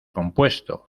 compuesto